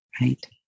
right